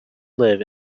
live